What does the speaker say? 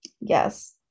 Yes